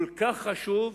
כל כך חשוב,